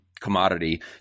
commodity